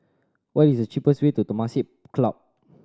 what is the cheapest way to Temasek Club